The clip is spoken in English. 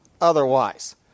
otherwise